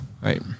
right